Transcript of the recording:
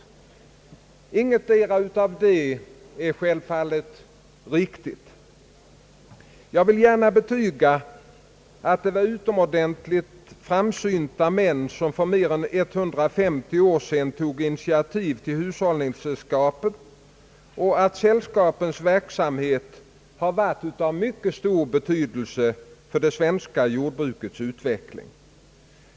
Självfallet är intetdera riktigt. Jag vill gärna betyga att det var utomordentligt framsynta män som för mer än 150 år sedan tog initiativ till hushållningssällskapen och att dessas verksamhet har varit av mycket stor betydelse för det svenska jordbrukets utveckling.